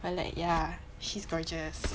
I like yeah she's gorgeous